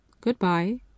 Goodbye